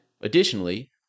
additionally